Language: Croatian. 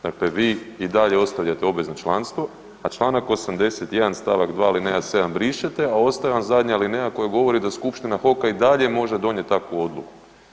Dakle, vi i dalje ostavljate obvezno članstvo, a čl. 81. st. 2., alineja 7 brišete, a ostaje vam zadnja alineja koja govori da Skupština HOK-a i dalje može donijeti takvu odluku.